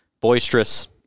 boisterous